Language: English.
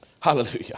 hallelujah